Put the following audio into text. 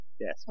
yes